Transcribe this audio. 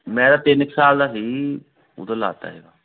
ਮੈਂ ਤਾਂ ਤਿੰਨ ਕੁ ਸਾਲ ਸੀ ਜੀ ਓਦੋਂ ਲਾ ਤਾਂ ਸੀਗਾ